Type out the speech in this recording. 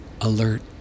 alert